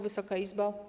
Wysoka Izbo!